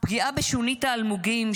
פגיעה בשונית האלמוגים,